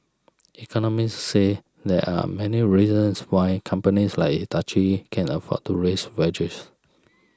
economists say there are many reasons why companies like Hitachi can afford to raise wages